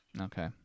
Okay